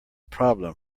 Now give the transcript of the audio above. problem